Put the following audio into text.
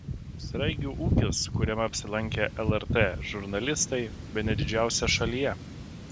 sraigių ūkis kuriame apsilankė lrt žurnalistai bene didžiausias šalyje